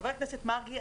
חבר הכנסת מרגי,